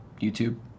YouTube